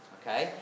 okay